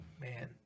man